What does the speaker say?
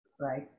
right